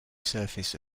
surface